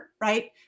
right